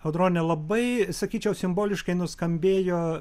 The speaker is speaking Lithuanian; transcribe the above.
audrone labai sakyčiau simboliškai nuskambėjo